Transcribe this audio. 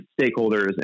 stakeholders